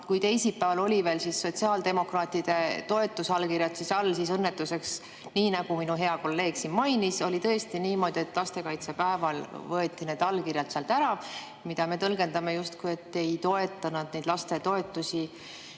kui teisipäeval olid sellel veel sotsiaaldemokraatide toetusallkirjad all, siis õnnetuseks, nii nagu minu hea kolleeg siin mainis, oli tõesti niimoodi, et lastekaitsepäeval võeti need allkirjad sealt ära. Seda me tõlgendame nii, et nad justkui ei toetanud lastetoetusi